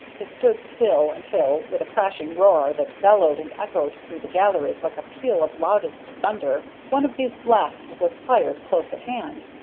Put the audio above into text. they stood still until, with a crashing roar that bellowed and echoed through the galleries like a peal of loudest thunder, one of these blasts was fired close at hand.